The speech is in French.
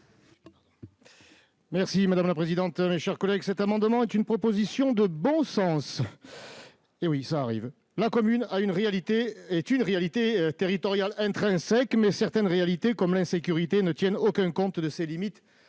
: La parole est à M. Stéphane Ravier. Cet amendement est une proposition de bon sens. Oui, cela arrive ! La commune est une réalité territoriale intrinsèque, mais certaines réalités, comme l'insécurité, ne tiennent aucun compte de ces limites